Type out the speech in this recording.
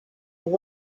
one